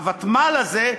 הוותמ"ל הזה,